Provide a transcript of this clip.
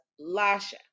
Lasha